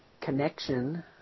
connection